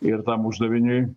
ir tam uždaviniui